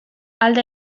alde